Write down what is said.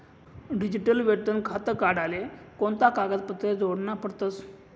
Digital वेतन खातं काढाले कोणता कागदपत्रे जोडना पडतसं?